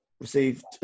received